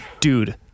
Dude